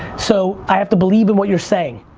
so i have to believe in what you're saying.